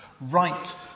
right